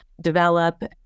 develop